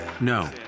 No